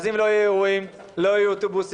ואם לא יהיו אירועים לא יהיו אוטובוסים.